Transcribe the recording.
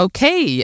Okay